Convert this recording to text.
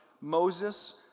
Moses